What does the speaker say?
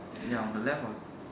ya on the left on